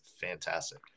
fantastic